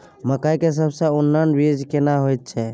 मकई के सबसे उन्नत बीज केना होयत छै?